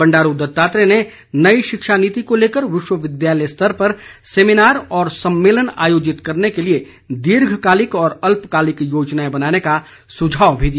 बंडारू दत्तात्रेय ने नई शिक्षा नीति को लेकर विश्वविद्यालय स्तर पर सेमिनार और सम्मेलन आयोजित करने के लिए दीर्घकालिक व अल्पकालिक योजनाएं बनाने का सुझाव भी दिया